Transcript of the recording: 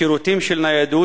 שירותים של ניידות,